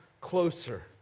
closer